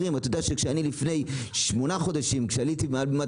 כשלפני שמונה חודשים עליתי מעל בימת